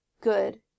Good